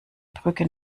brücke